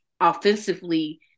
offensively